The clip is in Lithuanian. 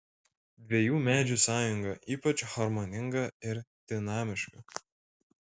dviejų medžių sąjunga ypač harmoninga ir dinamiška